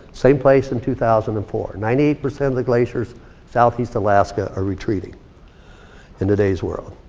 same place in two thousand and four, ninety eight percent of the glaciers southeast alaska are retreating in today's world.